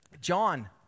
John